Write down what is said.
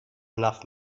enough